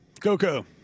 Coco